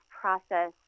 process